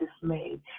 dismayed